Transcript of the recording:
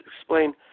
explain